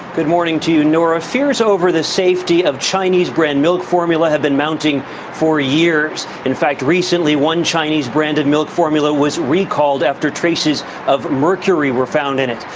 good morning to you, norah. fears over the safety of chinese brand formula have been mounting for years. in fact, recently one chinese branded milk formula was recalled after traces of mercury were found in it.